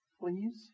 Please